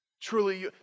Truly